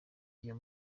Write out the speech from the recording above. iyo